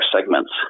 segments